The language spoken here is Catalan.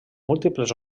múltiples